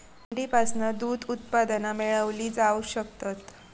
मेंढीपासना दूध उत्पादना मेळवली जावक शकतत